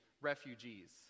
refugees